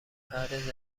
فرد